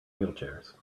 wheelchairs